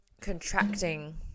contracting